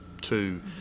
two